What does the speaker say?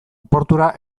portura